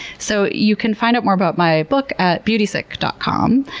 so you can find out more about my book at beautysick dot com,